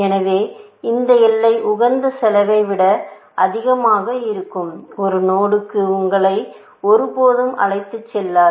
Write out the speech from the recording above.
எனவே இந்த எல்லை உகந்த செலவை விட அதிகமாக இருக்கும் ஒரு நோடுக்கு உங்களை ஒருபோதும் அழைத்துச் செல்லாது